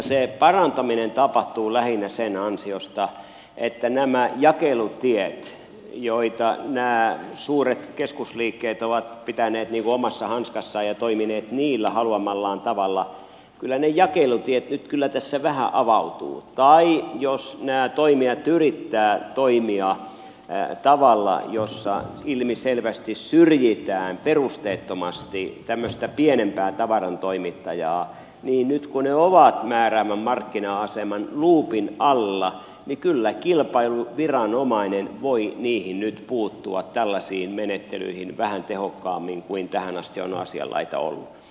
se parantaminen tapahtuu lähinnä sen ansiosta että nämä jakelutiet joita nämä suuret keskusliikkeet ovat pitäneet omassa hanskassaan ja joilla ne ovat toimineet haluamallaan tavalla nyt kyllä tässä vähän avautuvat tai jos nämä toimijat yrittävät toimia tavalla jolla ilmiselvästi syrjitään perusteettomasti tämmöistä pienempää tavarantoimittajaa niin nyt kun ne ovat määräävän markkina aseman luupin alla niin kyllä kilpailuviranomainen voi nyt puuttua tällaisiin menettelyihin vähän tehokkaammin kuin tähän asti on asianlaita ollut